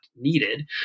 needed